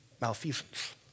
malfeasance